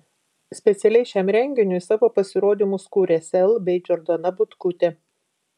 specialiai šiam renginiui savo pasirodymus kūrė sel bei džordana butkutė